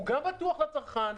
הוא גם בטוח לצרכן.